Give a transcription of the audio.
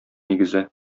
нигезе